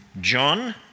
John